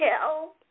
tell